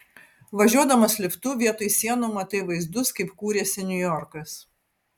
važiuodamas liftu vietoj sienų matai vaizdus kaip kūrėsi niujorkas